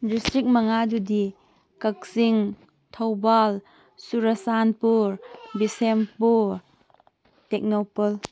district ꯃꯉꯥꯗꯨꯗꯤ ꯀꯛꯆꯤꯡ ꯊꯧꯕꯥꯜ ꯆꯨꯔꯆꯥꯟꯄꯨꯔ ꯕꯤꯁꯦꯝꯄꯨꯔ ꯇꯦꯛꯅꯧꯄꯜ